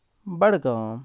Budgam